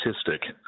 statistic